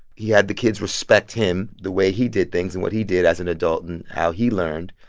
he had the kids respect him the way he did things and what he did as an adult and how he learned.